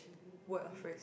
word or phrase